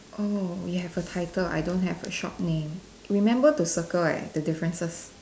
oh you have a title I don't have a shop name remember to circle eh the differences